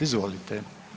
Izvolite.